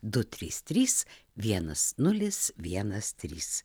du trys trys vienas nulis vienas trys